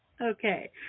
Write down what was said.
Okay